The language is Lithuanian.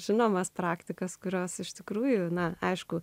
žinomas praktikas kurios iš tikrųjų na aišku